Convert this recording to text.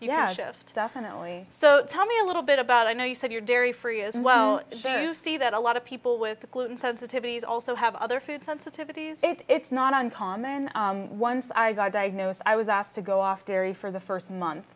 have shift finale so tell me a little bit about i know you said your dairy free as well see that a lot of people with gluten sensitivities also have other food sensitivities it's not uncommon once i got diagnosed i was asked to go off dairy for the first month